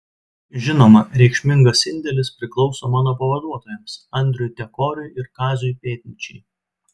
žinoma reikšmingas indėlis priklauso mano pavaduotojams andriui tekoriui ir kaziui pėdnyčiai